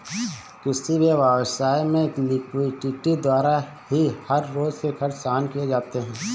किसी भी व्यवसाय में लिक्विडिटी द्वारा ही हर रोज के खर्च सहन किए जाते हैं